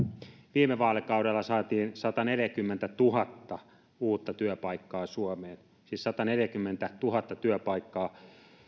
viime vaalikaudella saatiin sataneljäkymmentätuhatta uutta työpaikkaa suomeen siis sataneljäkymmentätuhatta työpaikkaa